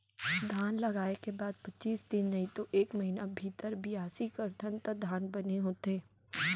धान लगाय के बाद पचीस दिन नइतो एक महिना भीतर बियासी करथन त धान बने होथे